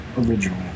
original